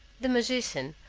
the magician,